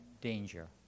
danger